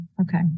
okay